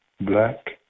black